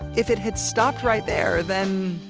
if it had stopped right there. then.